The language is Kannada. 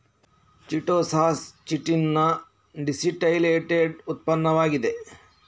ಚಿಟೋಸಾನ್ ಚಿಟಿನ್ ನ ಡೀಸಿಟೈಲೇಟೆಡ್ ಉತ್ಪನ್ನವಾಗಿದೆ